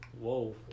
Whoa